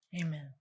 Amen